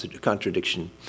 contradiction